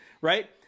Right